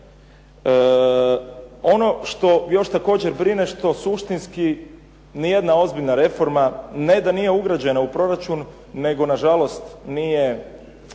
Ono što još također brine što suštinski ni jedna ozbiljna reforma, ne da nije ugrađena u proračun, nego na žalost nije,